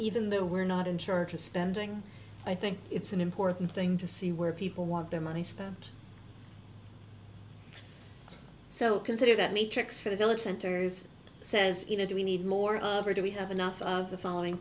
even though we're not in charge of spending i think it's an important thing to see where people want their money spent so consider that matrix for the village centers says you know do we need more of or do we have enough of the following